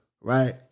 right